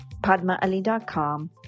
PadmaAli.com